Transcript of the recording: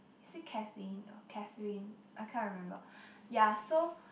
is it Kathleen or Katherine I can't remember ya so